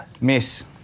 Miss